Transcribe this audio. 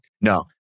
No